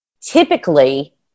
Typically